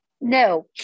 no